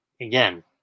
again